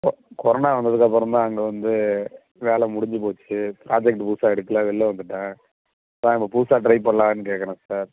கொ கொரோனா வந்ததுக்கு அப்புறந்தான் அங்கே வந்து வேலை முடிஞ்சுப் போச்சு ப்ராஜெக்ட் புதுசாக எடுக்கலை வெளில வந்துவிட்டேன் அதுதான் இப்போ புதுசாக ட்ரை பண்ணலான்னு கேட்கறேன் சார்